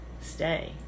stay